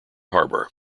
harbour